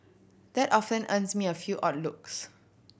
that often earns me a few odd looks